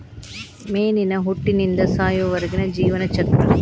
ಮೇನಿನ ಹುಟ್ಟಿನಿಂದ ಸಾಯುವರೆಗಿನ ಜೇವನ ಚಕ್ರ